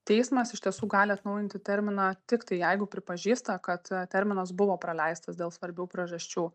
teismas iš tiesų gali atnaujinti terminą tiktai jeigu pripažįsta kad terminas buvo praleistas dėl svarbių priežasčių